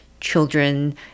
children